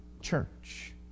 church